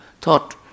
thought